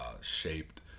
shaped